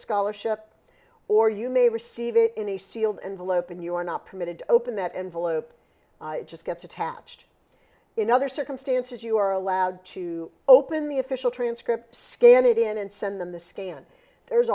scholarship or you may receive it in a sealed envelope and you are not permitted to open that envelope just gets attached in other circumstances you are allowed to open the official transcript scan it in and send them the scan there's